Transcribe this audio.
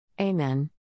Amen